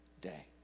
day